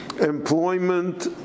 employment